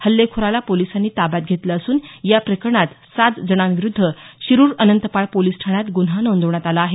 हल्लेखोराला पोलिसांनी ताब्यात घेतलं असून या प्रकरणात सात जणांविरुद्ध शिरुर अनंतपाळ पोलिस ठाण्यात गुन्हा नोंदवण्यात आला आहे